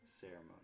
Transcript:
ceremony